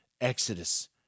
Exodus